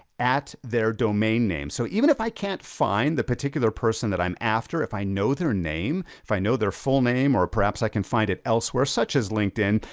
at their domain name. so even if i can't find the particular person that i'm after, if i know their name. if i know their full name, or perhaps i can find it elsewhere, such as linkedin.